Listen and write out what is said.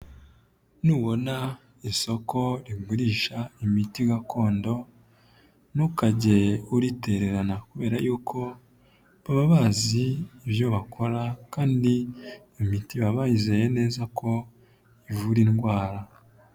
Nubona isoko rigurisha imiti gakondo ntukajye uritererana, kubera yuko baba bazi ibyo bakora kandi imiti baba bayizeye neza ko ivura indwara.